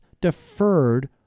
deferred